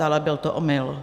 Ale byl to omyl.